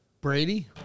Brady